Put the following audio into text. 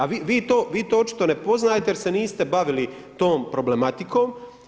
A vi to očito ne poznajte jer se niste bavili tom problematikom.